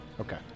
Okay